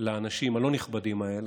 לאנשים הלא-נכבדים האלה,